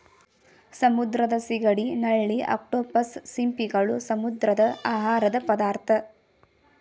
ಸಮುದ್ರದ ಸಿಗಡಿ, ನಳ್ಳಿ, ಅಕ್ಟೋಪಸ್, ಸಿಂಪಿಗಳು, ಸಮುದ್ರದ ಆಹಾರದ ಪದಾರ್ಥ